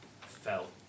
felt